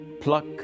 pluck